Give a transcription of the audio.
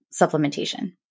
supplementation